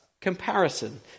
comparison